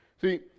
See